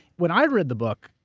when i read the book,